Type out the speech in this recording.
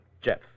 Jeff